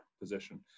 position